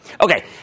Okay